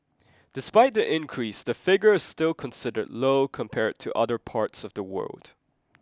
despite the increase the figure is still considered low compared to other parts of the world